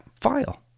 file